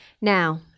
now